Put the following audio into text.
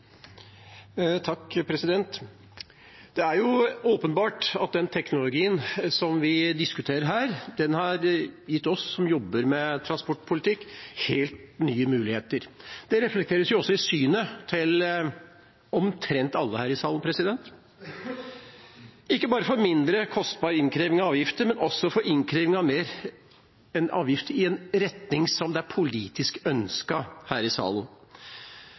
jobber med transportpolitikk, helt nye muligheter – det reflekteres også i synet til omtrent alle her i salen – ikke bare for mindre kostbar innkreving av avgifter, men også for innkreving av en avgift i en retning som er politisk ønsket her i salen.